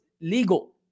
legal